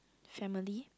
family